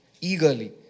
eagerly